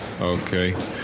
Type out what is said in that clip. Okay